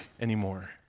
anymore